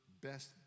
best